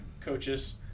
coaches